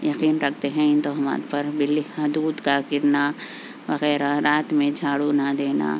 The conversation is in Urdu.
یقین رکھتے ہیں ان تہمات پر بلی دودھ کا گرنا وغیرہ رات میں جھاڑو نہ دینا